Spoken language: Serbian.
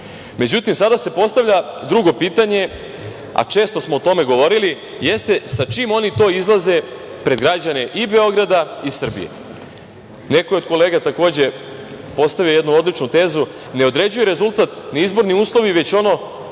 dobili.Međutim, sada se postavlja drugo pitanje, a često smo o tome govorili, jeste sa čime oni to izlaze pred građane i Beograda i Srbije. Neko je od kolega takođe postavio jednu odličnu tezu, ne određuju rezultat ni izborni uslovi, već ono